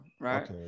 right